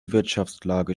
wirtschaftslage